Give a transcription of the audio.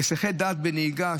הסחות דעת בנהיגה,